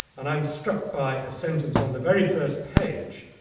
and i was struck by a sentence on the very first page,